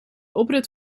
oprit